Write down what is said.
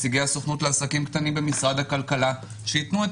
נציגי הסוכנות לעסקים קטנים ובינוניים במשרד הכלכלה כדי שייתנו את